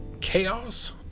chaos